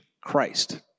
Christ